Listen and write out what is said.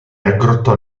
aggrottò